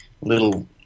little